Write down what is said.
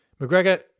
McGregor